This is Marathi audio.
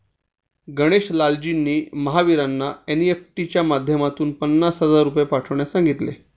गणेश लालजींनी महावीरांना एन.ई.एफ.टी च्या माध्यमातून पन्नास हजार रुपये पाठवण्यास सांगितले